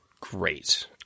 great